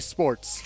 Sports